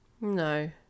No